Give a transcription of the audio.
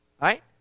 right